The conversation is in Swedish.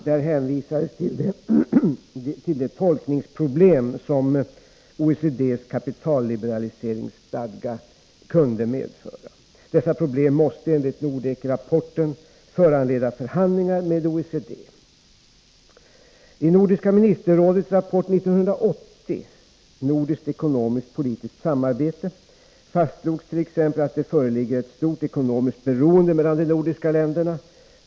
Där hänvisades till de tolkningsproblem som OECD:s kapitalliberaliseringsstadga kunde medföra. Dessa problem måste enligt Nordekrapporten föranleda förhandlingar med OECD. I Nordiska ministerrådets rapport 1980, Nordiskt ekonomiskt politiskt samarbete, fastslogs t.ex. att det föreligger ett stort ekonomiskt beroende mellan de nordiska länderna.